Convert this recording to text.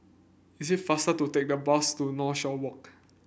is it faster to take the bus to Northshore Walk